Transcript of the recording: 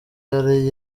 yari